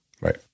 right